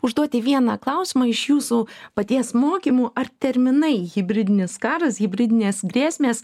užduoti vieną klausimą iš jūsų paties mokymų ar terminai hibridinis karas hibridinės grėsmės